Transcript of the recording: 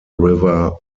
river